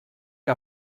que